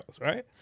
right